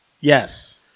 Yes